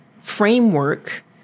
framework